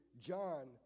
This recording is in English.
John